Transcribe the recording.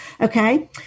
okay